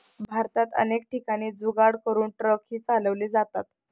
भारतात अनेक ठिकाणी जुगाड करून ट्रकही चालवले जातात